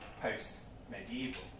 post-medieval